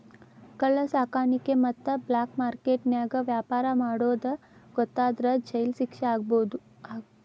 ಕಳ್ಳ ಸಾಕಾಣಿಕೆ ಮತ್ತ ಬ್ಲಾಕ್ ಮಾರ್ಕೆಟ್ ನ್ಯಾಗ ವ್ಯಾಪಾರ ಮಾಡೋದ್ ಗೊತ್ತಾದ್ರ ಜೈಲ್ ಶಿಕ್ಷೆ ಆಗ್ಬಹು